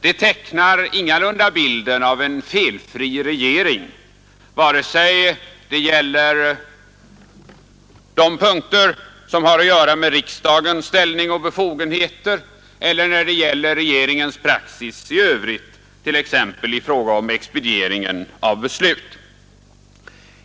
Det tecknar ingalunda bilden av en felfri regering, vare sig när det gäller de punkter som har att göra med riksdagens ställning och befogenheter eller när det gäller regeringens praxis i Övrigt, t.ex. i fråga om expedieringen av beslut.